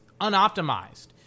unoptimized